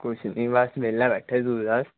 ਕੁਛ ਨਹੀਂ ਬਸ ਵਿਹਲਾ ਬੈਠਿਆ ਤੂੰ ਦੱਸ